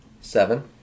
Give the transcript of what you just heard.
Seven